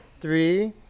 Three